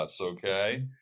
Okay